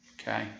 Okay